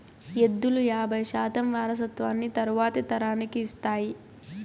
ఎద్దులు యాబై శాతం వారసత్వాన్ని తరువాతి తరానికి ఇస్తాయి